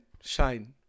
shine